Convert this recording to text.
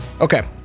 Okay